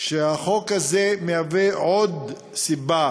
שהחוק הזה הוא עוד סיבה